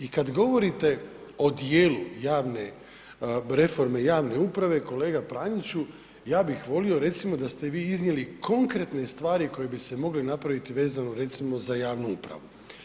I kad govorite o djelu javne, reforme javne uprave kolega Praniću, ja bih volio recimo da ste vi iznijeli konkretne stvari koje bi se mogle napraviti vezano recimo za javnu upravu.